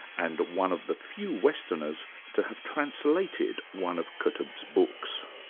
and one of the few westerners to have translated one of qutb's books.